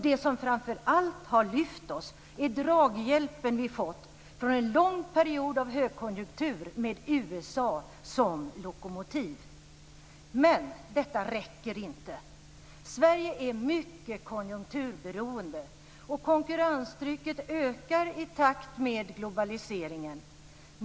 Det som framför allt har lyft oss är draghjälpen vi fått från en lång period av högkonjunktur med USA som lokomotiv. Men detta räcker inte. Sverige är mycket konjunkturberoende, och konkurrenstrycket ökar i takt med globaliseringen.